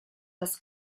das